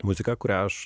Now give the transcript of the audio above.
muzika kurią aš